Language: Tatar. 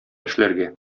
эшләргә